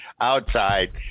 outside